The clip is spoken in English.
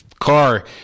car